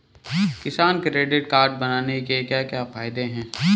किसान credit card बनाने के क्या क्या फायदे हैं?